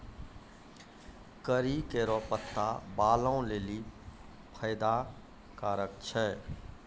करी केरो पत्ता बालो लेलि फैदा कारक छै